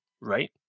Right